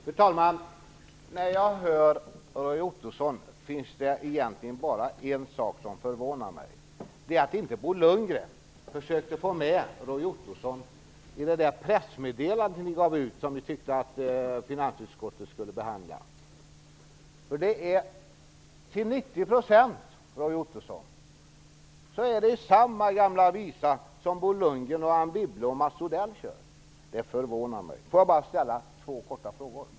Fru talman! När jag hör Roy Ottosson finns det egentligen bara en sak som förvånar mig. Det är att inte Bo Lundgren försökte få med Roy Ottosson i det pressmeddelande som man gav ut och som man tyckte att finansutskottet skulle behandla. Det är till 90 %, Anne Wibble och Mats Odell kör. Det förvånar mig. Jag vill ställa två korta frågor.